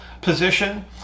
position